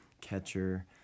catcher